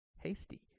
hasty